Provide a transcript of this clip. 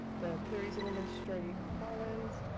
the clar-ee zimmerman stree-t collins,